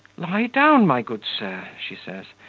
lie down, my good sir she says,